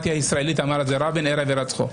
אמר את זה רבין ערב הירצחו.